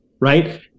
right